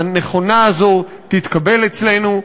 הנכונה הזו תתקבל אצלנו.